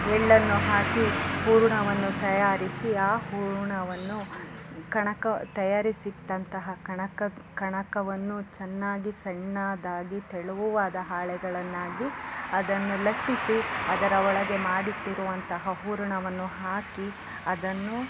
ಎಳ್ಳನ್ನು ಹಾಕಿ ಹೂರಣವನ್ನು ತಯಾರಿಸಿ ಆ ಹೂರಣವನ್ನು ಕಣಕ ತಯಾರಿಸಿ ಇಟ್ಟಂತಹ ಕಣಕ ಕಣಕವನ್ನು ಚೆನ್ನಾಗಿ ಸಣ್ಣದಾಗಿ ತೆಳುವಾದ ಹಾಳೆಗಳನ್ನಾಗಿ ಅದನ್ನು ಲಟ್ಟಿಸಿ ಅದರ ಒಳಗೆ ಮಾಡಿ ಇಟ್ಟಿರುವಂತಹ ಹೂರಣವನ್ನು ಹಾಕಿ ಅದನ್ನು